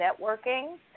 networking